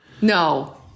No